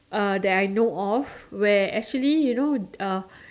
uh that I know of where actually you know uh